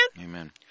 Amen